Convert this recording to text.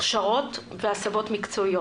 הכשרות והסבות מקצועיות.